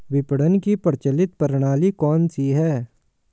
विपणन की प्रचलित प्रणाली कौनसी है?